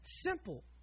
simple